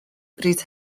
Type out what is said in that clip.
bryd